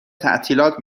تعطیلات